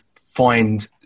find